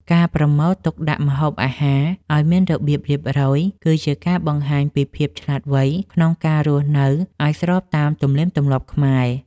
ការប្រមូលទុកដាក់ម្ហូបអាហារឱ្យមានរបៀបរៀបរយ គឺជាការបង្ហាញពីភាពឆ្លាតវៃក្នុងការរស់នៅឱ្យស្របតាមទំនៀមទម្លាប់ខ្មែរ។